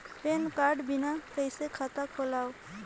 Pan card बिना कइसे खाता खोलव?